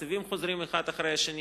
והתקציבים חוזרים אחד אחרי השני.